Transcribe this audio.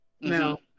No